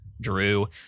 Drew